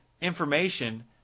information